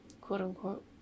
quote-unquote